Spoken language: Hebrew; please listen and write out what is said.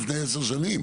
לפני 10 שנים,